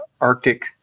arctic